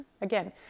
again